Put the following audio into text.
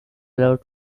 allowed